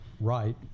right